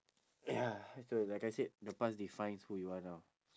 ya okay like I said the past defines who you are now